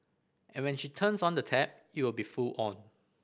and when she turns on the tap it will be full on